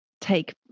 take